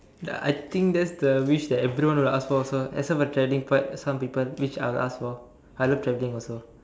I think that's the wish that everyone will ask for also except for the traveling part for some people which I will ask for I love traveling also